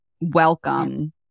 welcome